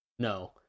No